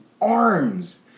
arms